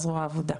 עבור העבודה.